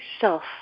self